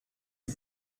die